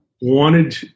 wanted